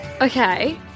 Okay